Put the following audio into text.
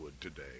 today